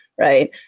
right